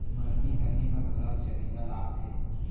मरनी हरनी म घलौ चरिहा लागथे